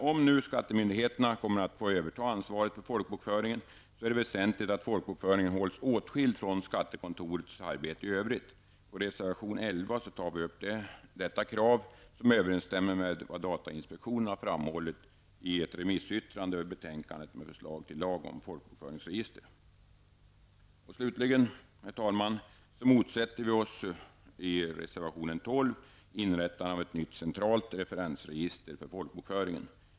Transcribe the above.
Om nu skattemyndigheterna kommer att överta ansvaret för folkbokföringen, är det väsentligt att folkbokföringen hålls åtskillt från skattekontorets arbete i övrigt. I reservation 11 tar vi upp detta krav, som överensstämmer med vad datainspektionen framhållit i ett remissyttrande över betänkandet med förslag till lag om folkbokföringsregister. Herr talman! I reservation 12 motsätter vi oss ett inrättande av ett nytt centralt referensregister för folkbokföringen.